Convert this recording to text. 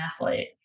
athlete